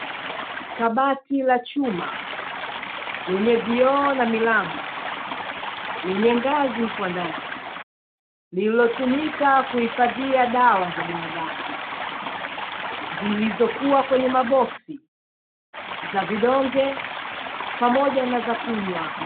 Kabati la chuma lenye vioo na milango lenye ngazi kwa ndani, lililotumika kuhifadhia dawa za binadamu zilizokua kwenye maboksi, za vidonge pamoja na za kunywa.